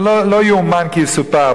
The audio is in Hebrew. זה לא יאומן כי יסופר.